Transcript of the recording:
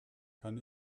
kann